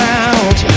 out